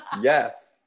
Yes